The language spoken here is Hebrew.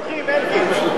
אנחנו תומכים, אלקין.